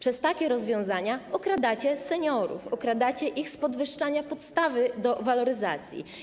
Stosując takie rozwiązania, okradacie seniorów, okradacie ich z podwyższania podstawy do waloryzacji.